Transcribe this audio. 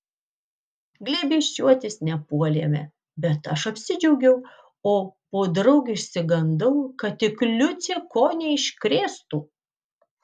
glėbesčiuotis nepuolėme bet aš apsidžiaugiau o podraug išsigandau kad tik liucė ko neiškrėstų